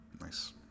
Nice